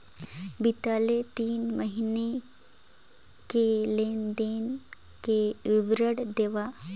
बितले तीन महीना के लेन देन के विवरण देवा?